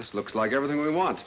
this looks like everything we want